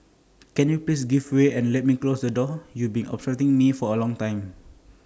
can you please give way and let me close the door you've been obstructing me for A long time